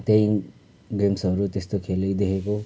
त्यही गेम्सहरू त्यस्तो खेलेको देखेको